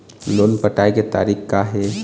Loan पटाए के तारीख़ का हे?